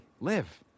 Live